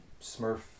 smurf